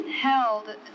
held